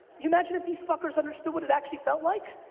you imagine if these fuckers understood what it actually felt like.